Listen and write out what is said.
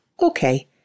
Okay